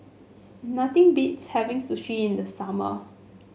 nothing beats having Sushi in the summer